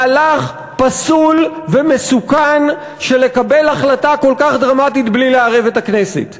מהלך פסול ומסוכן של לקבל החלטה כל כך דרמטית בלי לערב את הכנסת.